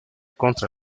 contra